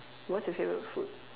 what's your favourite food